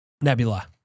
Nebula